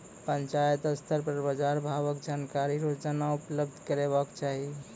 पंचायत स्तर पर बाजार भावक जानकारी रोजाना उपलब्ध करैवाक चाही?